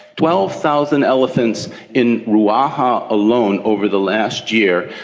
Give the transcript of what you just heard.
twelve thousand elephants in ruaha alone over the last year.